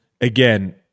again